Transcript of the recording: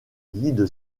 guide